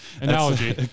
analogy